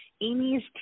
Amy's